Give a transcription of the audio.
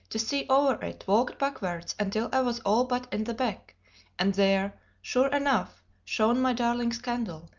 to see over it, walked backwards until i was all but in the beck and there, sure enough, shone my darling's candle,